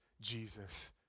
Jesus